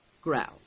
growled